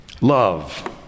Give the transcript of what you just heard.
Love